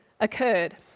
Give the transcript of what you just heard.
occurred